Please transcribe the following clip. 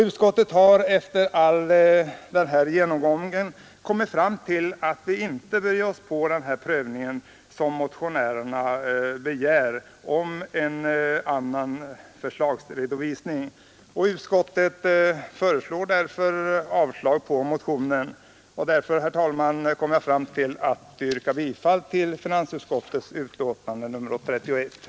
Utskottet har efter hela den här genomgången kommit fram till att vi inte bör ge oss på den prövning av en annan förslagsredovisning som motionärerna begär. Utskottet avstyrker därför motionen. Jag yrkar bifall till finansutskottets hemställan.